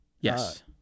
Yes